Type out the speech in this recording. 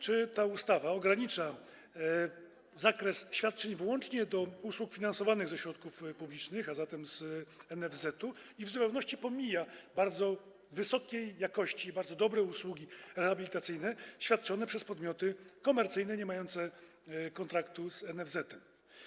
Czy ta ustawa ogranicza zakres świadczeń wyłącznie do usług finansowanych ze środków publicznych, a zatem z NFZ, i pomija bardzo wysokiej jakości, bardzo dobre usługi rehabilitacyjne świadczone przez podmioty komercyjne, niemające kontraktu z NFZ?